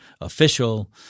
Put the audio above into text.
official